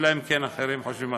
אלא אם כן אחרים חושבים אחרת.